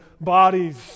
bodies